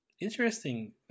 Interesting